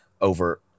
over